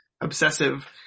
obsessive